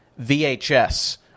VHS